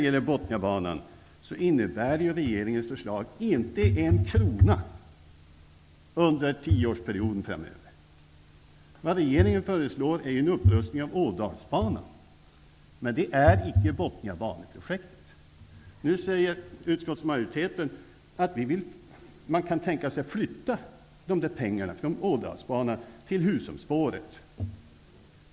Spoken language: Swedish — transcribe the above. För Bothniabanan innebär regeringens förslag inte en krona under tioårsperioden framöver. Det regeringen föreslår är en upprustning av Ådalsbanan, men det är icke Bothniabaneprojektet. Nu säger utskottsmajoriteten att den kan tänka sig att flytta pengarna för Ådalsbanan till Husumspåret.